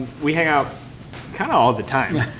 we hang out kind of all the time.